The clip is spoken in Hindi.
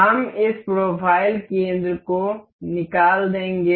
हम इस प्रोफ़ाइल केंद्र को निकाल देंगे